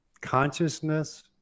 consciousness